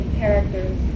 characters